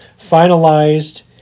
finalized